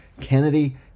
Kennedy